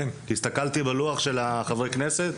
הסתכלתי בלוח של חברי הכנסת,